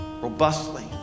robustly